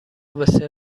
بسیار